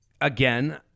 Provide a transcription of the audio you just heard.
again